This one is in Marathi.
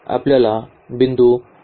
आपल्याला बिंदू मिळेल